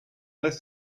less